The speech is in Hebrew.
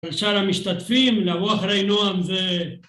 אפשר למשתתפים לבוא אחרי נועם זה